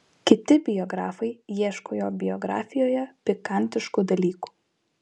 kiti biografai ieško jo biografijoje pikantiškų dalykų